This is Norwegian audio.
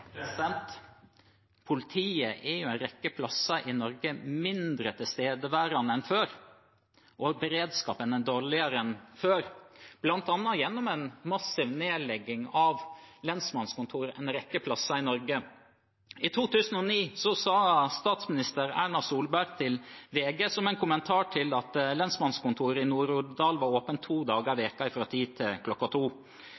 Politiet er jo en rekke steder i Norge mindre tilstedeværende enn før, og beredskapen er dårligere enn før, bl.a. gjennom en massiv nedlegging av lensmannskontor en rekke steder i Norge. I 2009 sa statsminister Erna Solberg til VG som en kommentar til at lensmannskontoret i Nord-Odal var åpent to dager